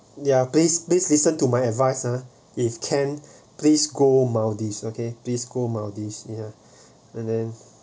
ya please please listen to my advice ah if can please go maldives okay please go maldives ya and then